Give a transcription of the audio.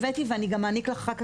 הבאתי ואני גם אעניק לך אחר כך,